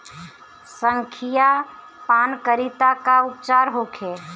संखिया पान करी त का उपचार होखे?